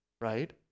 right